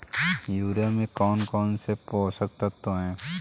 Urea में कौन कौन से पोषक तत्व है?